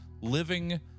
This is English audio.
living